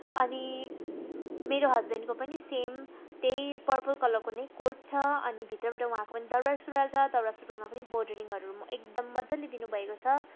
अनि मेरो हज्बेन्डको पनि सेम त्यही पर्पल कलरको नै कोट छ अनि भित्रबाट उहाँको पनि दौरा सुरुवाल छ दौरा सुरुवालमा पनि बोडरिङहरू एकदम मजाले दिनुभएको छ